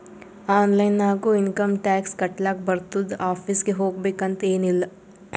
online ನಾಗು income tax ಕಟ್ಲಾಕ್ ಬರ್ತುದ್ ಆಫೀಸ್ಗ ಹೋಗ್ಬೇಕ್ ಅಂತ್ ಎನ್ ಇಲ್ಲ